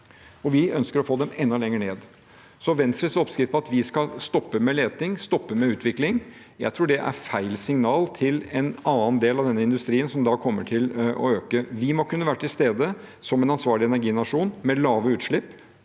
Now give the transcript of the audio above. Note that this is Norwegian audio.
vi ønsker å få dem enda lenger ned. Så jeg tror at Venstres oppskrift med at vi skal stoppe med leting, stoppe med utvikling, er et feil signal til en annen del av denne industrien, som da kommer til å øke. Vi må kunne være til stede som en ansvarlig energinasjon med lave utslipp,